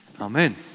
Amen